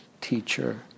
teacher